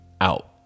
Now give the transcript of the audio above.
out